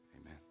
Amen